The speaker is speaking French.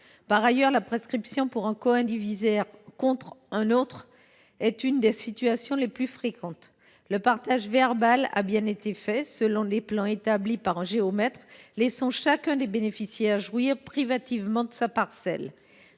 Par ailleurs, la prescription des griefs entre coïndivisaires est une des situations les plus fréquentes. Le partage verbal a bien été fait, selon des plans établis par un géomètre, laissant chacun des bénéficiaires jouir, privativement, de sa parcelle.